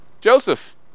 Joseph